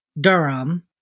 Durham